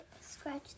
scratch